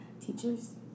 teachers